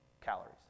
calories